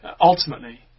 ultimately